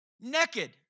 naked